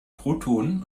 protonen